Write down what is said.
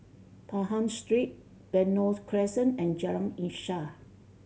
Pahang Street Benoi Crescent and Jalan Insaf